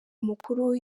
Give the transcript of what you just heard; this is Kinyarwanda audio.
mukuru